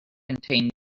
contain